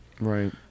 Right